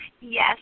Yes